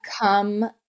come